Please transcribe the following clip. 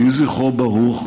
יהי זכרו ברוך